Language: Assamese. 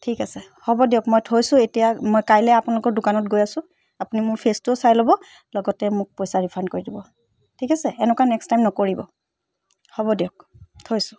ঠিক আছে হ'ব দিয়ক মই থৈছোঁ এতিয়া মই কাইলৈ আপোনালোকৰ দোকানত গৈ আছোঁ আপুনি মোৰ ফেচটোও চাই ল'ব লগতে মোক পইচা ৰিফাণ্ড কৰি দিব ঠিক আছে এনেকুৱা নেক্সট টাইম নকৰিব হ'ব দিয়ক থৈছোঁ